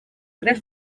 tres